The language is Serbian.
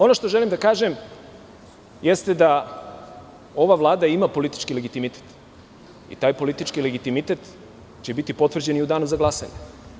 Ono što želim da kažem, jeste da ova Vlada ima politički legitimitet i taj politički legitimitet će biti potvrđen i u danu za glasanje.